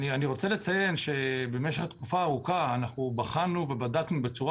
רוצה לציין שבמשך תקופה ארוכה בחנו ובדקנו בצורה